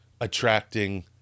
attracting